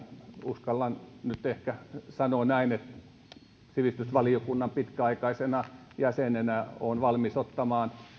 uskallan nyt ehkä sanoa näin että sivistysvaliokunnan pitkäaikaisena jäsenenä olen valmis ottamaan